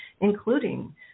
including